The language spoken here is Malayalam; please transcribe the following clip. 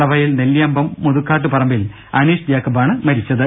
നടവയൽ നെല്ലിയമ്പം മുതുക്കാട്ടുപറമ്പിൽ അനീഷ് ജേക്കബ്ബ് ആണ് മരിച്ചത്